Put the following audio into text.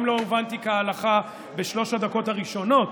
אם לא הובנתי כהלכה בשלוש הדקות הראשונות